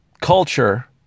culture